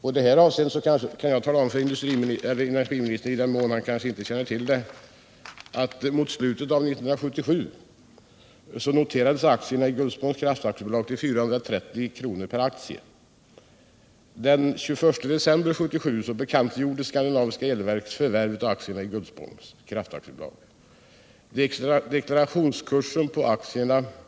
Jag kan tala om för energiministern, för den händelse att han kanske inte känner till det, att mot slutet av 1977 noterades aktierna i Gullspångs Kraft AB till 430 kr. per aktie. Den 21 december 1977 Jag vill fråga energiministern om han inte mot bakgrund av denna utveckling anser, att detta är en form av sådana spekulativa förvärv, som förvärvstillståndslagen egentligen är ett redskap för att motverka. Herr talman!